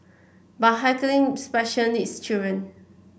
but heckling special needs children